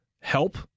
help